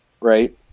right